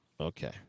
Okay